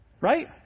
Right